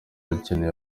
bacyeneye